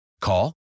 Call